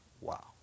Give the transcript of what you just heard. wow